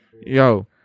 Yo